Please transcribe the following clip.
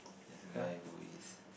it's a guy who is